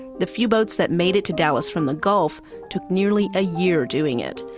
the few boats that made it to dallas from the gulf took nearly a year doing it.